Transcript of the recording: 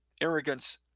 arrogance